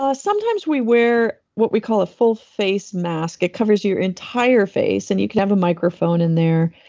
ah sometimes we wear what we call a full face mask. it covers your entire face, and you can have a microphone in there,